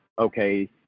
okay